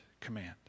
command